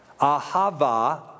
Ahava